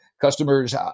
customers